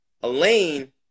elaine